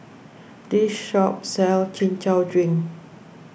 This shop sells Chin Chow Drink